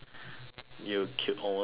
you killed almost killed me